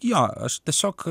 jo aš tiesiog